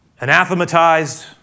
anathematized